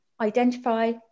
identify